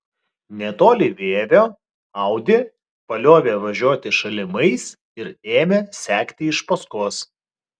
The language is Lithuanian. netoli vievio audi paliovė važiuoti šalimais ir ėmė sekti iš paskos